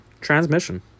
transmission